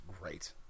great